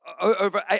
Over